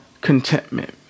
contentment